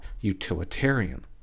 utilitarian